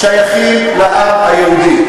שייכים לעם היהודי.